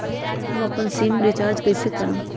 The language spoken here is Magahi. हम अपन सिम रिचार्ज कइसे करम?